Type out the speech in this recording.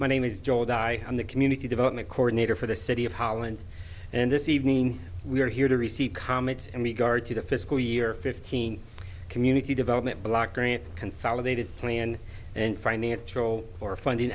my name is joe di i'm the community development coordinator for the city of holland and this evening we are here to receive comments and we guard to the fiscal year fifteen community development block grant consolidated plan and financial or funding